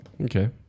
Okay